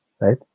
right